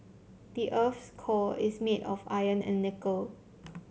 the earth's core is made of iron and nickel